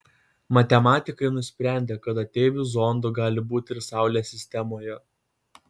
matematikai nusprendė kad ateivių zondų gali būti ir saulės sistemoje